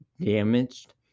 damaged